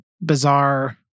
bizarre